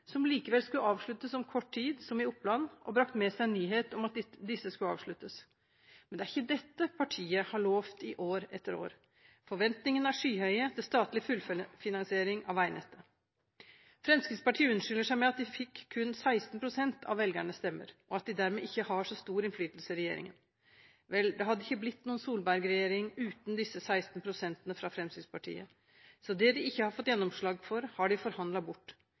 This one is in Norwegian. som likevel skulle avsluttes om kort tid, som i Oppland, og bragt med seg nyheter om at disse skulle avsluttes. Det er ikke dette partiet har lovt i år etter år. Forventningene er skyhøye til statlig fullfinansiering av veinettet. Fremskrittspartiet unnskylder seg med at de kun fikk 16 pst. av velgernes stemmer, og at de dermed ikke har så stor innflytelse i regjeringen. Vel, det hadde ikke blitt noen Solberg-regjering uten disse 16 prosentene fra Fremskrittspartiet. Det de ikke har fått gjennomslag for, har de forhandlet bort.